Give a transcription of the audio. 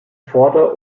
vorder